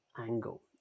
angle